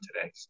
today